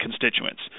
constituents